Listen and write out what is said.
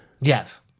Yes